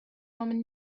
woman